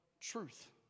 truth